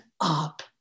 up